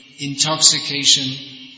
Intoxication